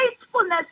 faithfulness